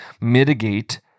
mitigate